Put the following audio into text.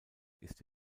ist